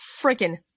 freaking